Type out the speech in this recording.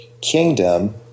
kingdom